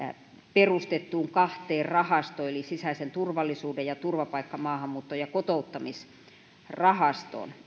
perustettuun kahteen rahastoon eli sisäisen turvallisuuden ja turvapaikka maahanmuutto ja kotouttamisrahastoon